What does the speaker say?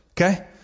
Okay